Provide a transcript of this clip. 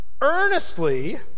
earnestly